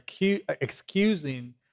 excusing